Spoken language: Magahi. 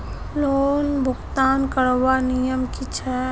लोन भुगतान करवार नियम की छे?